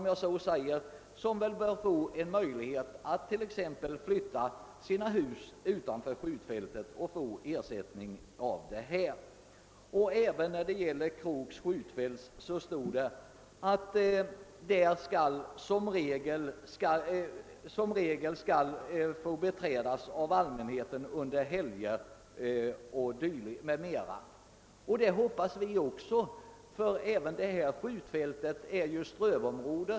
Samtliga bör ha möjlighet att exempelvis flytta sina hus utanför skjutfältet och få ersättning. Beträffande Kråks skjutfält stadgas att fältet som regel skall få beträdas av allmänheten under t.ex. helger. Vi hoppas att så skall bli fallet, ty även detta skjutfält är ju ett strövområde.